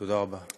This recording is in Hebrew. תודה רבה.